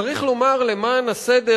צריך לומר למען הסדר